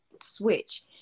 switch